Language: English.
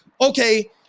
Okay